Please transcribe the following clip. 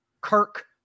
Kirk